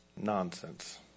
nonsense